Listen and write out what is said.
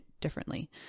differently